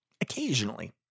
Occasionally